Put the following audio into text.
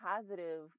positive